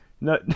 No